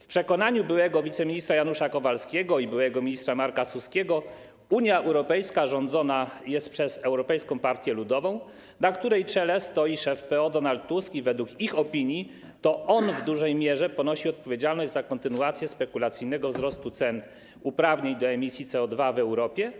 W przekonaniu byłego wiceministra Janusza Kowalskiego i byłego ministra Marka Suskiego Unia Europejska rządzona jest przez Europejską Partię Ludową, na której czele stoi szef PO Donald Tusk, i to on w ich opinii w dużej mierze ponosi odpowiedzialność za kontynuację spekulacyjnego wzrostu cen uprawnień do emisji CO2 w Europie,